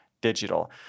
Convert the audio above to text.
Digital